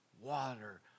water